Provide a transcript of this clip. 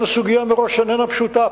ולכן הסוגיה מראש איננה פשוטה.